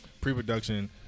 Pre-production